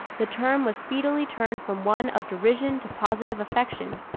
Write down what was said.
the term was speedily turned from one of derision to positive affection.